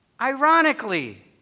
Ironically